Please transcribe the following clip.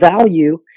value